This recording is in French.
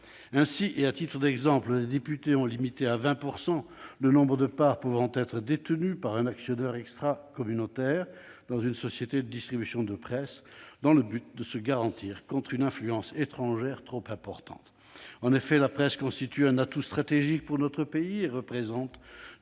Ainsi, et à titre d'exemple, les députés ont limité à 20 % le nombre de parts pouvant être détenues par un actionnaire extracommunautaire dans une société de distribution de presse, dans le but de se garantir contre une influence étrangère trop importante. La presse constitue effectivement un atout stratégique pour notre pays et représente,